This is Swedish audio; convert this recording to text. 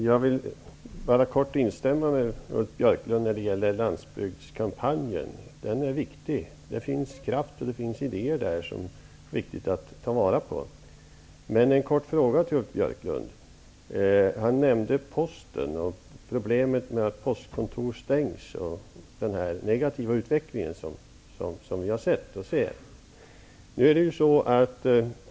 Herr talman! Jag vill instämma med Ulf Björklund när det gäller landsbygdskampanjen. Den är viktig. I landsbygden finns kraft och idéer som det är viktigt att vi tar vara på. Jag vill ställa en fråga till Ulf Björklund. Han nämnde Posten, problemet med att postkontor stängs och den negativa utveckling som vi har sett och ser.